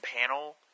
panel